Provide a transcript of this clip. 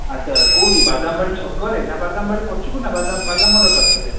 ଆଚ୍ଛା କେଉଁଠି ବାଦାମବାଡ଼ି ଛକରେ ନା ବାଦାମବାଡ଼ି ପଛକୁ ନା ବାଦାମବାଡ଼ି ପାଲା ମଣ୍ଡପ ପାଖରେ